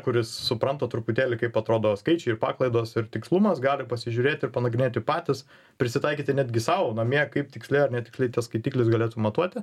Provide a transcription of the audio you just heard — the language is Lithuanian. kuris supranta truputėlį kaip atrodo skaičiai ir paklaidos ir tikslumas gali pasižiūrėti ir panagrinėti patys prisitaikyti netgi sau namie kaip tiksliai ar netiksliai tas skaitiklis galėtų matuoti